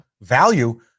Value